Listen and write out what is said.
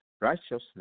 righteousness